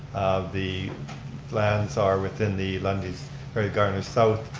the plans are within the lundy's perry garner's south,